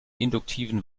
induktiven